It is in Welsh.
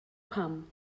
pam